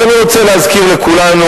אז אני רוצה להזכיר לכולנו,